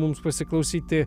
mums pasiklausyti